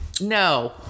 no